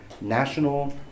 national